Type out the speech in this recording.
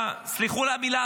סלחו לי על המילה,